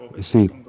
see